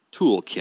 toolkit